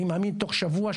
אני מאמין תוך שבוע,